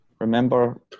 Remember